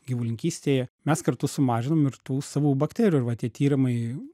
gyvulininkystėje mes kartu sumažinam ir tų savų bakterijų ir va tie tyrimai